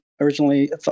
originally